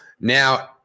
Now